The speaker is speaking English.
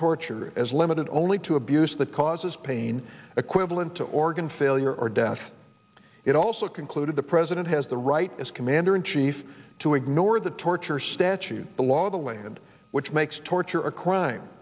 torture as limited only to abuse that causes pain equivalent to organ failure or death it also concluded the president has the right as commander in chief cease to ignore the torture statute the law of the land which makes torture a crime